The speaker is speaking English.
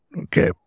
Okay